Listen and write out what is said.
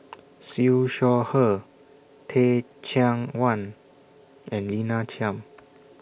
Siew Shaw Her Teh Cheang Wan and Lina Chiam